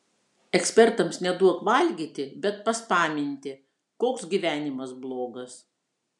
ekspertams neduok valgyti bet paspaminti koks gyvenimas blogas